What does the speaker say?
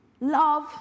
love